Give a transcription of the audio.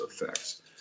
effects